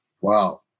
Wow